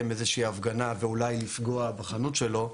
איזושהי הפגנה ואולי לפגוע בחנות שלו,